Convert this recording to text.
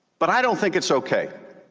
but i don't think it's okay.